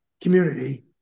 community